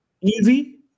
Easy